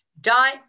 die